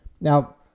Now